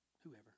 whoever